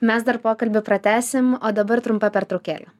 mes dar pokalbį pratęsim o dabar trumpa pertraukėlė